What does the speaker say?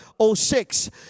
06